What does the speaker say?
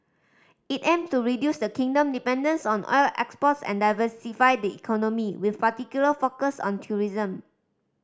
it aim to reduce the kingdom dependence on oil exports and diversify the economy with a particular focus on tourism